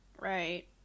Right